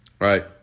right